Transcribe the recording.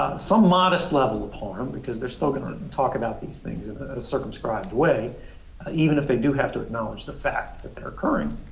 some modest-level harm because they're still going gonna talk about these things in a circumscribed way even if they do have to acknowledge the fact that they are occurring